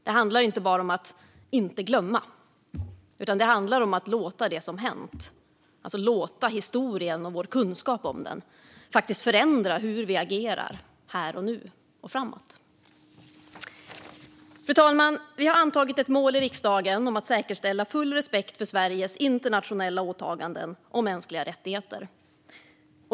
Det är viktigt att vi alla påminner oss om att det handlar om att låta det som hänt - historien och vår kunskap om den - faktiskt förändra hur vi agerar här och nu och framåt. Fru talman! Riksdagen har antagit ett mål om att säkerställa full respekt för Sveriges internationella åtaganden om mänskliga rättigheter.